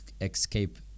escape